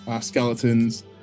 skeletons